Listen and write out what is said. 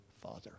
Father